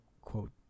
quote